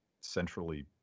centrally